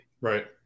right